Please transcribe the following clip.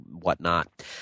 whatnot